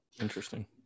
Interesting